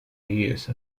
use